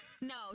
No